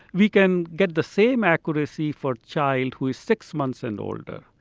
we can get the same accuracy for a child who was six months and older.